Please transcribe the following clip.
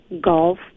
Golf